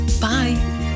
bye